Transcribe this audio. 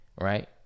right